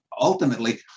Ultimately